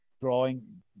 drawing